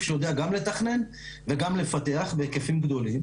שיודע גם לתכנן וגם לפתח בהיקפים גדולים,